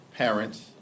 parents